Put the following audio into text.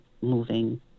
moving